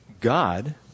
God